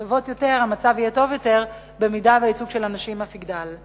יהיה טוב יותר במידה שהייצוג של הנשים אף יגדל.